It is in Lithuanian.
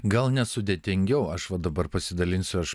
gal nesudėtingiau aš va dabar pasidalinsiu aš